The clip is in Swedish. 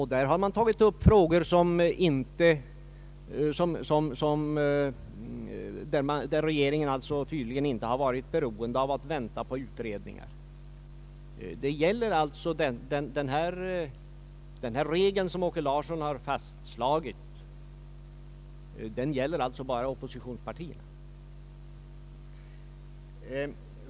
I dem har man tagit upp frågor där regeringen tydligen inte varit beroende av att vänta på utredningar. Den regel som herr Åke Larsson har fastslagit gäller alltså bara oppositionspartierna.